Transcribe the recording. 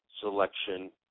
selection